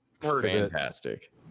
fantastic